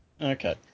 Okay